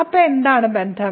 അപ്പോൾ എന്താണ് ബന്ധം